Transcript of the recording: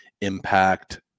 impact